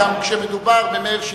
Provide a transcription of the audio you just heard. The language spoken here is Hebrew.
גם כשמדובר במאיר שטרית,